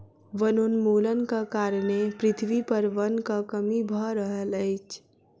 वनोन्मूलनक कारणें पृथ्वी पर वनक कमी भअ रहल अछि